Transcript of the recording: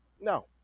No